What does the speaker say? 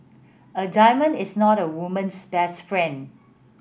a diamond is not a woman's best friend